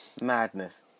madness